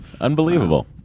unbelievable